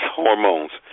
hormones